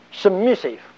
submissive